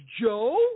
Joe